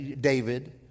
David